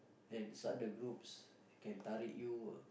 and inside the groups they can tarik you ah